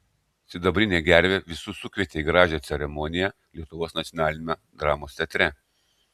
sidabrinė gervė visus sukvietė į gražią ceremoniją lietuvos nacionaliniame dramos teatre